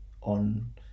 on